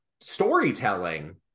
storytelling